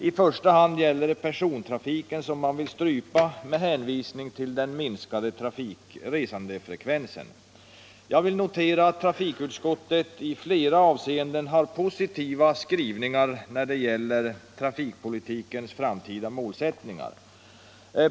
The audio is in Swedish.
I första hand är det persontrafiken som man vill strypa med hänvisning till den minskade resandefrekvensen. Jag vill notera att trafikutskottet i flera avseenden har positiva skrivningar när det gäller trafikpolitikens framtida målsättningar.